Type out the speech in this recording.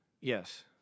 Yes